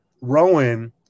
Rowan